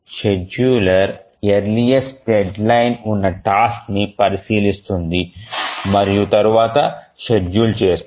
scheduler earliest deadline ఉన్న task ని పరిశీలిస్తుంది మరియు తరువాత షెడ్యూల్ చేస్తుంది